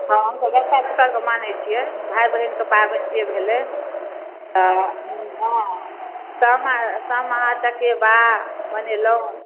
हँ हमसब देवता पितरके मानै छिए भाइ बहिनके पाबनि से भेलै तऽ हँ सामा सामा चकेबा बनेलहुँ